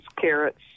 carrots